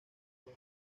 los